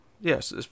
yes